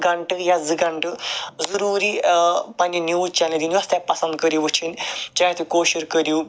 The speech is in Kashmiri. گَنٹہٕ یا زٕ گنٹہٕ ضوٚروٗری پَننہ نِوٕز چنلہ دِنۍ یوٚس تۄہہِ پَسَنٛد کٔرِو وٕچھِن چاہے تُہۍ کٲشُر کٔرِو